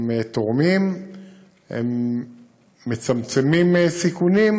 הם תורמים, הם מצמצמים סיכונים,